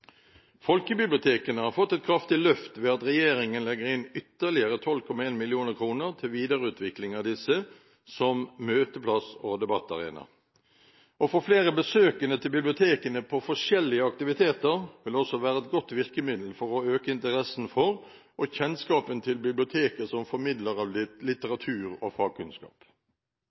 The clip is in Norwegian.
Folkebibliotekene har fått et kraftig løft ved at regjeringen legger inn ytterligere 12,1 mill. kr til videreutvikling av disse som møteplass og debattarena. Å få flere besøkende til bibliotekene, på forskjellige aktiviteter, vil også være et godt virkemiddel for å øke interessen for og kjennskapen til biblioteket som formidler av litteratur og fagkunnskap.